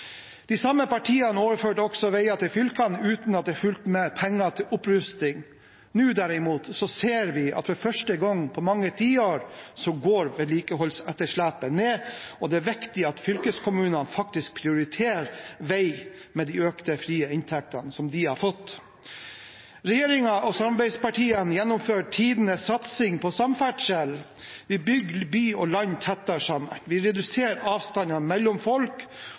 De samme partiene overførte også veier til fylkene uten at det fulgte med penger til opprusting. Nå ser vi derimot at for første gang på mange tiår går vedlikeholdsetterslepet ned, og det er viktig at fylkeskommunene faktisk prioriterer vei, med de økte frie inntektene som de har fått. Regjeringen og samarbeidspartiene gjennomfører tidenes satsing på samferdsel. Vi bygger by og land tettere sammen, vi reduserer avstandene mellom folk,